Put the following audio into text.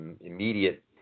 immediate